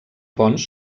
ponts